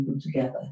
together